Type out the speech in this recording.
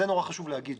זה מאוד חשוב לומר.